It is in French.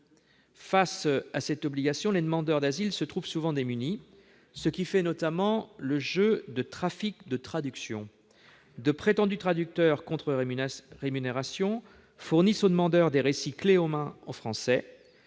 Face à cette obligation, les demandeurs d'asile se trouvent souvent démunis, ce qui fait notamment le jeu des trafics de traduction. De prétendus traducteurs, contre rémunération, fournissent aux demandeurs des récits « clés en main » en français.